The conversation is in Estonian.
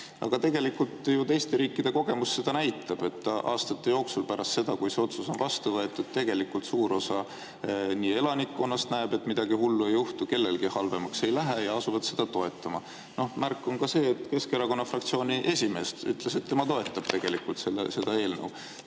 Aga tegelikult ju teiste riikide kogemus näitab, et aastate jooksul pärast seda, kui see otsus on vastu võetud, suur osa elanikkonnast näeb, et midagi hullu ei juhtu, kellelgi halvemaks ei lähe, ja asuvad seda toetama. Märk on ka see, et Keskerakonna fraktsiooni esimees ütles, et tema toetab seda eelnõu.